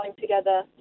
together